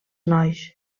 nois